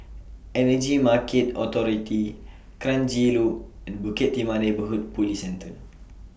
Energy Market Authority Kranji Loop and Bukit Timah Neighbourhood Police Centre